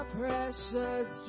precious